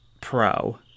pro